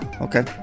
okay